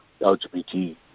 LGBT